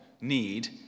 need